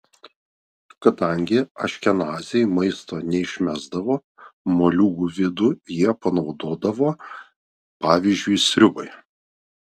kadangi aškenaziai maisto neišmesdavo moliūgų vidų jie panaudodavo pavyzdžiui sriubai